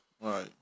right